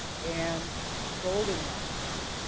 and sold in rochester.